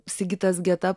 sigitas geda